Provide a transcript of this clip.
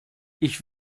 ich